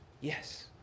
Yes